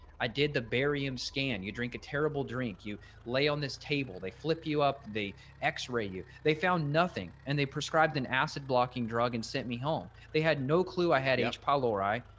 i did the barium scan you drink a terrible drink. you lay on this table, they flip you up the x ray you they found nothing and they prescribed an acid blocking drug and sent me home. they had no clue i had h pylori,